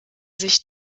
sich